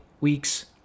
weeks